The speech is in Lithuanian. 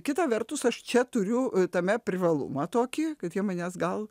kita vertus aš čia turiu tame privalumą tokį kad jie manęs gal